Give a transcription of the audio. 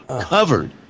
covered